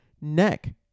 neck